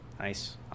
Nice